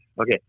Okay